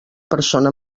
persona